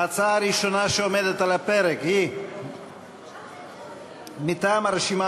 ההצעה הראשונה שעומדת על הפרק היא מטעם הרשימה